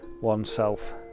oneself